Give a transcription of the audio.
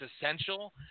essential